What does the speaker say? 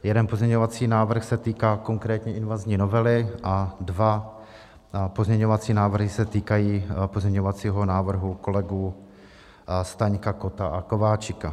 Jeden pozměňovací návrh se týká konkrétní invazní novely a dva pozměňovací návrhy se týkají pozměňovacího návrhu kolegů Staňka, Kotta a Kováčika.